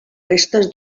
restes